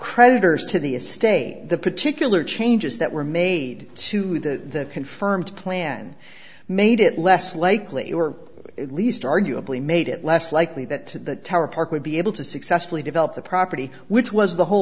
creditors to the estate the particular changes that were made to the confirmed plan made it less likely or at least arguably made it less likely that the tower park would be able to successfully develop the property which was the whole